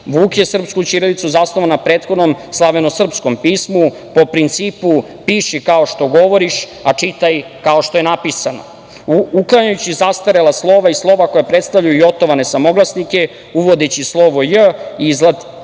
Vuk je srpsku ćirilicu zasnovao na prethodnom slavenosrpskog pismu, a po principu – piši kao što govoriš, a čitaj kao što je napisano. Uklanjajući zastarela slova i slova koja predstavljaju jotovane samoglasnike, uvodeći slovo J iz latinice,